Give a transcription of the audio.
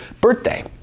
birthday